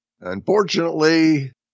Unfortunately